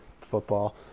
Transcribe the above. football